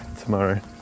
tomorrow